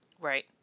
Right